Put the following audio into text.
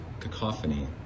cacophony